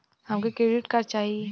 हमके credit card चाही